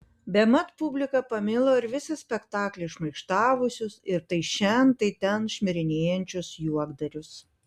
bemat publika pamilo ir visą spektaklį šmaikštavusius ir tai šen tai ten šmirinėjančius juokdarius